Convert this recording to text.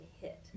hit